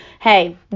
hey